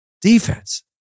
defense